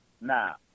Now